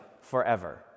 forever